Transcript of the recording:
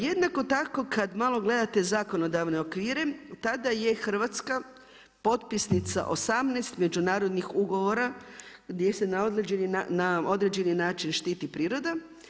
Jednako tako kad malo gledate zakonodavne okvire tada je Hrvatska potpisnica 18 međunarodnih ugovora gdje se na određeni način štititi priroda.